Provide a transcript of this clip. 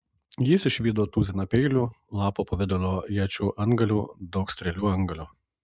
jis išvydo tuziną peilių lapo pavidalo iečių antgalių daug strėlių antgalių